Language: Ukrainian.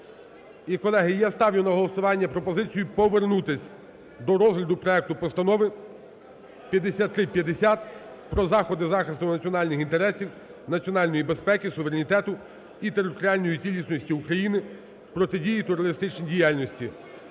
колеги, я ставлю на голосування пропозицію повернутись до розгляду проекту Постанови 5350 про заходи захисту національних інтересів, Національної безпеки, суверенітету і територіальної цілісності України, протидії терористичній діяльності.